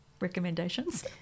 recommendations